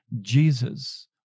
Jesus